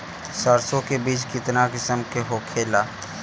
सरसो के बिज कितना किस्म के होखे ला?